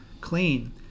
clean